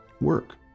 work